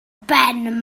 ben